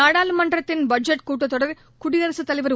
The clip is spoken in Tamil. நாடாளுமன்றத்தின் பட்ஜெட் கூட்டத்தொடர் குடியரசுத் தலைவர் திரு